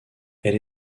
elle